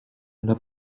ale